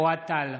(חבר הכנסת נאור שירי יוצא מאולם המליאה.)